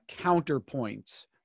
counterpoints